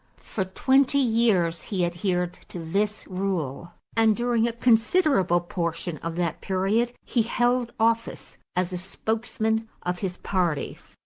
for twenty years he adhered to this rule and during a considerable portion of that period he held office as a spokesman of his party.